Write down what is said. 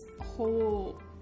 whole